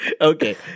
Okay